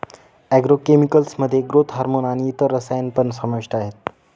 agro chemicals मध्ये growth hormone आणि इतर रसायन पण समाविष्ट आहेत